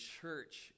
church